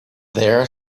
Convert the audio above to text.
there